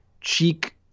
cheek